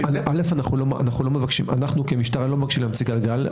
אנחנו כמשטרה לא מבקשים להמציא את הגלגל.